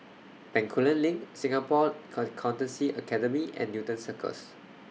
Bencoolen LINK Singapore Accountancy Academy and Newton Cirus